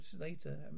later